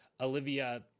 Olivia